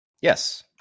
Yes